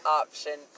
option